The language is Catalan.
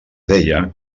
deia